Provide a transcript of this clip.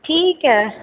ਠੀਕ ਹੈ